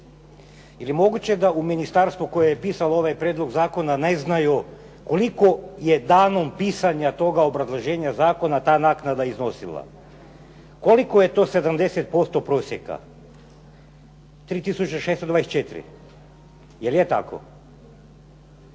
li moguće da u ministarstvu koje je pisalo ovaj prijedlog zakona ne znaju koliko je danom pisanja toga obrazloženja zakona ta naknada iznosila? Koliko je to 70% prosjeka? 3 tisuće 624. Je li je tako?